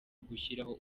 ugushyiraho